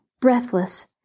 Breathless